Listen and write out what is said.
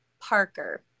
Parker